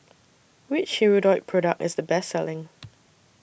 Which Hirudoid Product IS The Best Selling